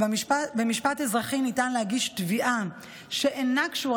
במשפט אזרחי ניתן להגיש תביעה שאינה קשורה